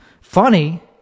funny